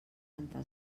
rentar